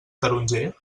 taronger